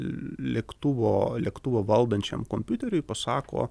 lėktuvo lėktuvo valdančiam kompiuteriui pasako